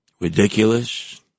ridiculous